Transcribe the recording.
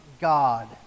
God